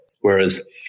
whereas